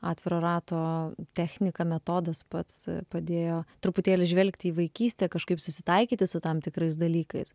atviro rato technika metodas pats padėjo truputėlį žvelgti į vaikystę kažkaip susitaikyti su tam tikrais dalykais